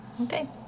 Okay